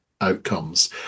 outcomes